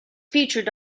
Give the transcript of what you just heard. featured